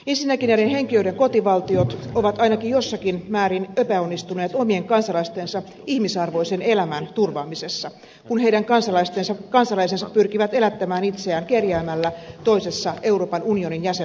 ensinnäkin näiden henkilöiden kotivaltiot ovat ainakin jossakin määrin epäonnistuneet omien kansalaistensa ihmisarvoisen elämän turvaamisessa kun heidän kansalaisensa pyrkivät elättämään itseään kerjäämällä toisessa euroopan unionin jäsenvaltiossa